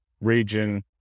Region